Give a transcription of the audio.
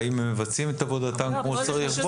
האם הם מבצעים את עבודתם כמו שצריך.